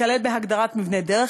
ייכלל בהגדרת "מבנה דרך",